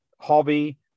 hobby